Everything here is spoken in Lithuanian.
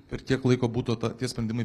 per kiek laiko būtų ta tie sprendimai